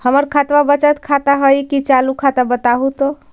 हमर खतबा बचत खाता हइ कि चालु खाता, बताहु तो?